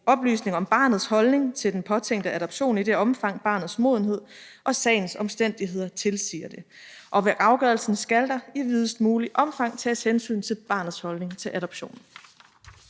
oplysninger om barnets holdning til den påtænkte adoption i det omfang, barnets modenhed og sagens omstændigheder tilsiger det. Og ved afgørelsen skal der i videst muligt omfang tages hensyn til barnets holdning til adoptionen.